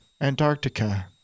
Antarctica